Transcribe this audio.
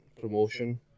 promotion